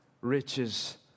riches